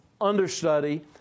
understudy